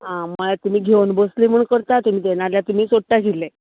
आं म्हळ्यार तुमी घेवन बसले म्हण करता तुमी ते नाल्यार तुमीय सोडटा आशिल्ले